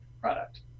product